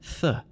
Th